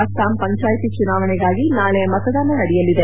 ಅಸ್ವಾಂ ಪಂಚಾಯಿತಿ ಚುನಾವಣೆಗಾಗಿ ನಾಳೆ ಮತದಾನ ನಡೆಯಲಿದೆ